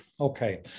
okay